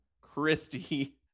Christy